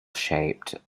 shaped